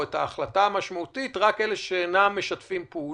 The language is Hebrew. או את ההחלטה המשמעותית לגבי אלה שלא משתפים פעולה,